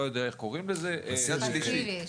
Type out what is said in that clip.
עישון פסיבי.